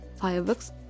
fireworks